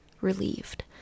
relieved